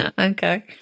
Okay